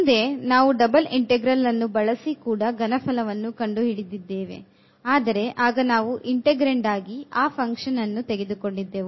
ಹಿಂದೆ ನಾವು double integral ಅನ್ನು ಬಳಸಿ ಕೂಡ ಘನಫಲವನ್ನು ಕಂಡುಹಿಡಿದಿದ್ದೇವೆ ಆದರೆ ಆಗ ನಾವು integrand ಆಗಿ ಆ ಫಂಕ್ಷನ್ ಅನ್ನು ತೆಗೆದುಕೊಂಡಿದ್ದೆವು